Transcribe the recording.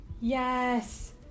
Yes